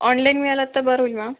online मिळालं तर बरं होईल मॅम